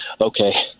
okay